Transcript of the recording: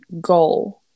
goal